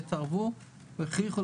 שהתערבו והכריחו